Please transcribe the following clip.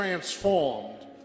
transformed